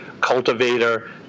cultivator